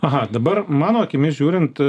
aha dabar mano akimis žiūrint